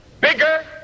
bigger